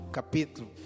Capítulo